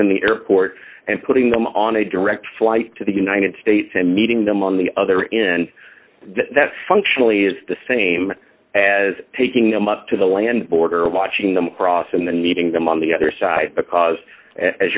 in the airport and putting them on a direct flight to the united states and meeting them on the other in that functionally is the same as taking them up to the land border watching them cross and then meeting them on the other side because as